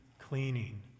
cleaning